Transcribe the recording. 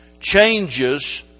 changes